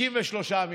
63 מיליון.